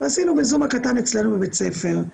ועשינו הקלטה אצלנו בבית ספר.